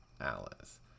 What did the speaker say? Alice